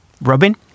Robin